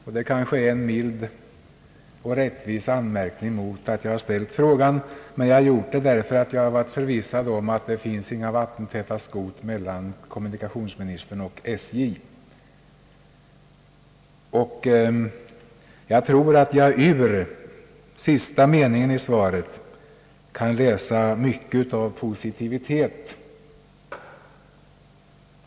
Det är kanske en mild och rättvis anmärkning mot att jag har ställt frågan, men jag har gjort det därför att jag har varit förvissad om att det inte finns några vattentäta skott mellan kommunikationsministern och SJ. Jag tror att jag ur sista meningen i svaret kan läsa mycket som är positivt.